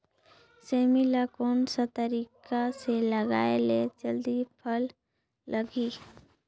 सेमी ला कोन सा तरीका से लगाय ले जल्दी फल लगही?